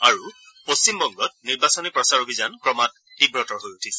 আৰু পশ্চিম বংগত নিৰ্বাচনী প্ৰচাৰ অভিযান ক্ৰমাৎ তীৱতৰ হৈ উঠিছে